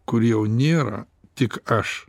kur jau nėra tik aš